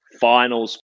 finals